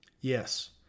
Yes